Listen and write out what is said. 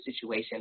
situation